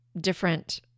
different